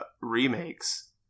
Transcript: remakes